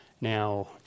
Now